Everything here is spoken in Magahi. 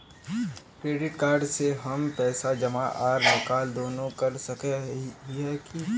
क्रेडिट कार्ड से हम पैसा जमा आर निकाल दोनों कर सके हिये की?